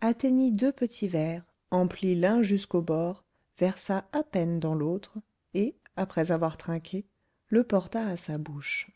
atteignit deux petits verres emplit l'un jusqu'au bord versa à peine dans l'autre et après avoir trinqué le porta à sa bouche